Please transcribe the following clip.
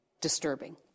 disturbing